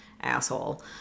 asshole